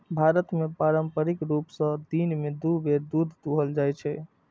भारत मे पारंपरिक रूप सं दिन मे दू बेर दूध दुहल जाइ छै